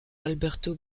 alberto